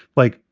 like,